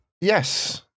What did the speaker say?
yes